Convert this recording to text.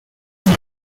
برای